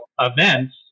events